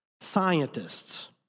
scientists